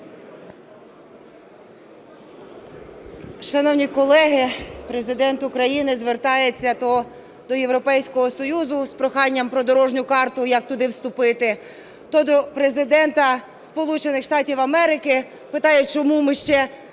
Шановні колеги, Президент України звертається до Європейського Союзу з проханням про дорожню карту, як туди вступити, то до Президента Сполучених